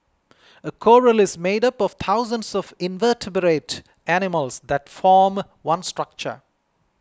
a coral is made up of thousands of invertebrate animals that form one structure